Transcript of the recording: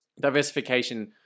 diversification